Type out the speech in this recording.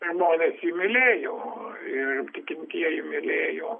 žmonės jį mylėjo ir tikintieji mylėjo